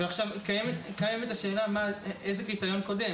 עכשיו, קיימת השאלה: איזה קריטריון קודם